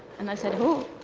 and i said, who?